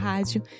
Rádio